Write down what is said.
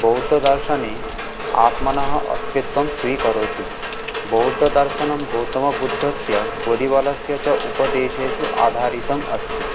बौद्धदर्शने आत्मनः अस्तित्वं स्वीकरोति बौद्धदर्शनं गौतमबुद्धस्य बुद्धिबलस्य च उपदेशेषु आधारितम् अस्ति